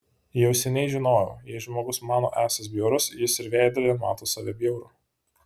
jau seniai žinojau jei žmogus mano esąs bjaurus jis ir veidrodyje mato save bjaurų